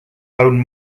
own